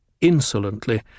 insolently